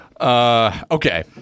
okay